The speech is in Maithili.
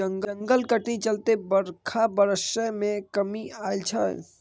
जंगलक कटनी चलते बरखा बरसय मे कमी आएल छै